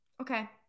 Okay